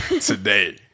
today